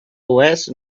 wasted